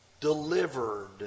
Delivered